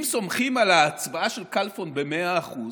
אם סומכים על ההצבעה של כלפון במאה אחוז,